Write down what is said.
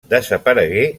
desaparegué